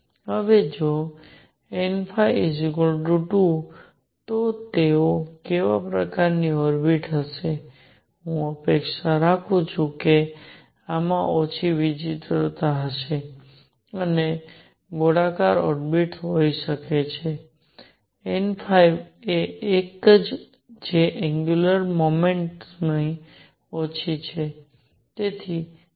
હવે જો n2 તો તેઓ કેવા પ્રકારની ઓર્બિટ્સ હશે હું અપેક્ષા રાખું છું કે આમાં ઓછી વિચિત્રતાઓ હશે અને તે ગોળાકાર ઓર્બિટ્સ હોઈ શકે છે n એ એક છે જે એંગ્યુલર મોમેન્ટમ થી ઓછી છે